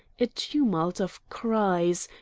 a tumult of cries,